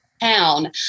town